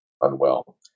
unwell